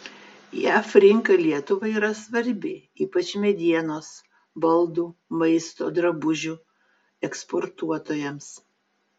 jav rinka lietuvai yra svarbi ypač medienos baldų maisto drabužių eksportuotojams